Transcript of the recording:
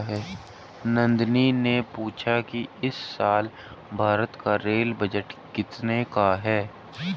नंदनी ने पूछा कि इस साल भारत का रेल बजट कितने का है?